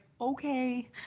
okay